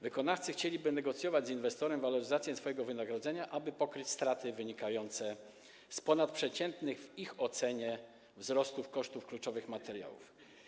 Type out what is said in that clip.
Wykonawcy chcieliby negocjować z inwestorem waloryzację swojego wynagrodzenia, aby pokryć straty wynikające z ponadprzeciętnych w ich ocenie wzrostów kosztów kluczowych materiałów.